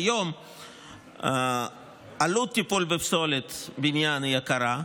היום עלות טיפול בפסולת בניין היא יקרה.